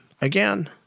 Again